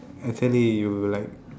actually you like